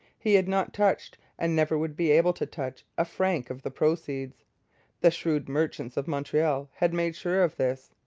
he had not touched, and never would be able to touch, a franc of the proceeds the shrewd merchants of montreal had made sure of this.